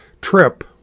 trip